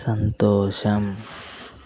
సంతోషం